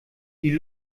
die